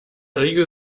regel